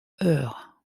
heure